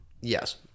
Yes